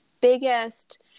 biggest